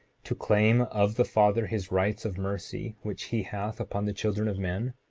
to claim of the father his rights of mercy which he hath upon the children of men?